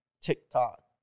TikTok